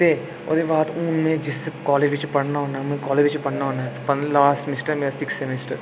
ते ओह्दे बाद हून में जिस कालज च पढ़ना होना में कालज च पढ़ना होना ऐं लास्ट समिस्टर ऐ मेरा सिक्स समिस्टर